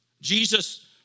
jesus